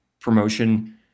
promotion